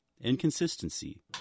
Inconsistency